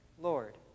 Lord